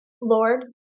Lord